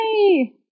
Yay